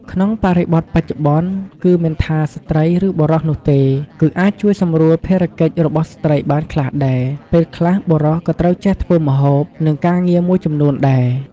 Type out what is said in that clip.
ក្នុងបរិបទបច្ចុប្បន្ន គឺមិនថាស្រ្តីឬបុរសនោះទេ គឺអាចជួយសម្រួលភារកិច្ចរបស់ស្ត្រីបានខ្លះដែរ ពេលខ្លះបុរសក៏ត្រូវចេះធ្វើម្ហូប និងការងារមួយចំនួនដែរ។